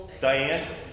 Diane